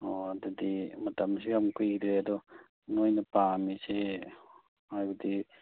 ꯑꯣ ꯑꯗꯨꯗꯤ ꯃꯇꯝꯁꯨ ꯌꯥꯝ ꯀꯨꯏꯗ꯭ꯔꯦ ꯑꯗꯣ ꯅꯣꯏꯅ ꯄꯥꯝꯃꯤꯁꯦ ꯍꯥꯏꯕꯗꯤ